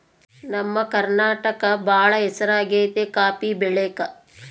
ನಮ್ಮ ಕರ್ನಾಟಕ ಬಾಳ ಹೆಸರಾಗೆತೆ ಕಾಪಿ ಬೆಳೆಕ